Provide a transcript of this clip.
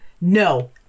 No